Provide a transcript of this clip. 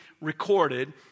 recorded